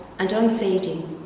and unfading,